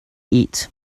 eat